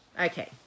Okay